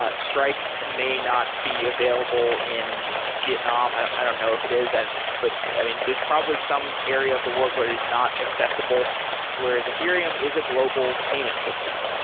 ah stripe may not be available in vietnam, i don't i don't know if it is and but i mean, there's probably some area of the world where it's not accessible where as ethereum is a global payment system.